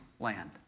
Land